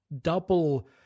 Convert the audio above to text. double